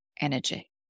energy